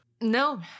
No